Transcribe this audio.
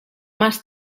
más